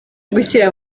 gushyira